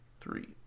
three